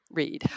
read